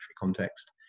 context